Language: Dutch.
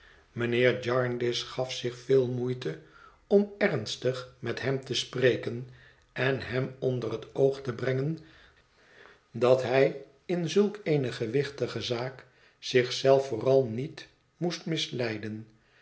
mijnheer jarndyce gaf zich veel moeite om ernstig met hem te spreken en hem onder het oog te brengen dat hij in zulk eene gewichtige zaak zich zelven vooral niet moest misleiden